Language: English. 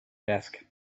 desk